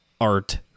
art